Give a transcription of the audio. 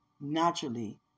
Naturally